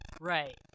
Right